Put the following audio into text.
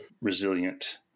resilient